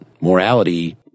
morality